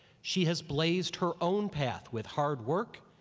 she has blazed her own path with hard work,